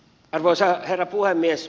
arvoisa herra puhemies